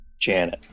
Janet